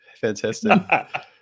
fantastic